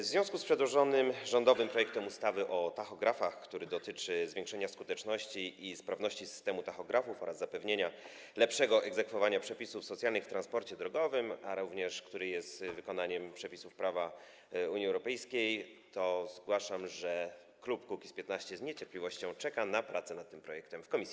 W związku z przedłożonym rządowym projektem ustawy o tachografach, który dotyczy zwiększenia skuteczności i sprawności systemu tachografów oraz zapewnienia lepszego egzekwowania przepisów socjalnych w transporcie drogowym, jak również który jest wykonaniem przepisów prawa Unii Europejskiej, zgłaszam, że klub Kukiz’15 z niecierpliwością czeka na prace nad tym projektem w komisji.